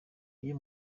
iyo